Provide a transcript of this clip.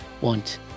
want